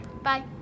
Bye